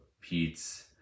Pete's